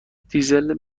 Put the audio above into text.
دیزل